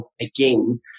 again